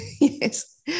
Yes